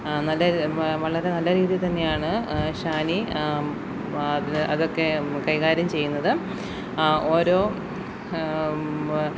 നല്ലൊരു വളരെ നല്ല രീതിയിൽ തന്നെയാണ് ഷാനി അത് അതൊക്കെ കൈകാര്യം ചെയ്യുന്നത് ഓരോ